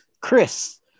Chris